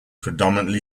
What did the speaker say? predominately